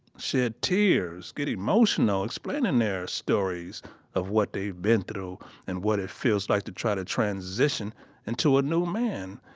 shed tears, get emotional explainin' their stories of what they've been through and what it feels like to try to transition into a new man.